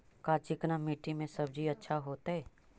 का चिकना मट्टी में सब्जी अच्छा होतै?